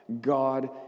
God